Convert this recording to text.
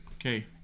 Okay